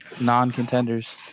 non-contenders